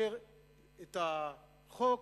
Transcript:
אני רוצה להציע ולומר כך: הרי מחר הכנסת תאשר את החוק